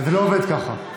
זה לא עובד ככה,